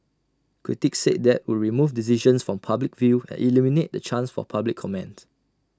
critics said that would remove decisions from public view and eliminate the chance for public comment